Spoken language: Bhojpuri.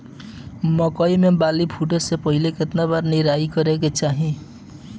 मकई मे बाली फूटे से पहिले केतना बार निराई करे के चाही?